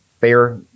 fair